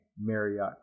Marriott